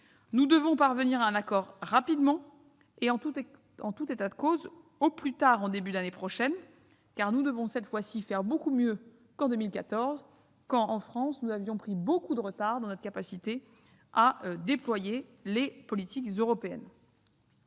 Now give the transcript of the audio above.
nous faut parvenir à un accord rapidement et en tout état de cause au plus tard en début d'année prochaine, car nous devons cette fois-ci faire beaucoup mieux qu'en 2014- la France avait alors pris beaucoup de retard dans sa capacité à déployer les politiques européennes.